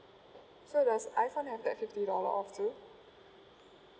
so does iPhone has that fifty dollar off too